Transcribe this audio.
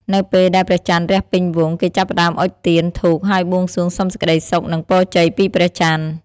នៅពេលដែលព្រះច័ន្ទរះពេញវង់ គេចាប់ផ្តើមអុជទៀន ធូប ហើយបួងសួងសុំសេចក្តីសុខ និងពរជ័យពីព្រះច័ន្ទ។